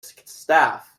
staff